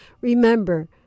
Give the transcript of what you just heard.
Remember